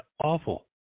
awful